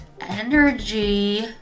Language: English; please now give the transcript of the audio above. energy